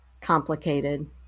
complicated